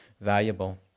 valuable